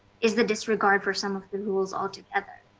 is the disregard for some of the roles altogether.